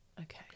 Okay